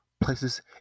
places